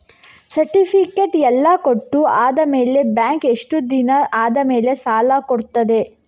Certificate ಎಲ್ಲಾ ಕೊಟ್ಟು ಆದಮೇಲೆ ಬ್ಯಾಂಕ್ ಎಷ್ಟು ದಿನ ಆದಮೇಲೆ ಸಾಲ ಕೊಡ್ತದೆ?